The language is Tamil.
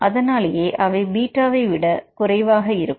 அதனாலேயே அவை பீட்டாவிட குறைவாக இருக்கும்